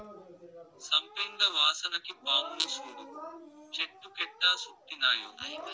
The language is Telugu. సంపెంగ వాసనకి పాములు సూడు చెట్టు కెట్టా సుట్టినాయో